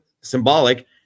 symbolic